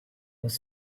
was